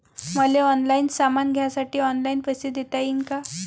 मले ऑनलाईन सामान घ्यासाठी ऑनलाईन पैसे देता येईन का?